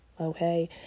Okay